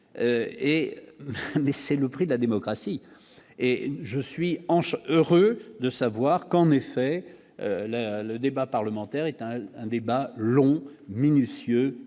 mais c'est le prix de la démocratie et je suis hanches heureuse de savoir qu'en effet la le débat parlementaire un débat long, minutieux